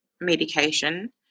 medication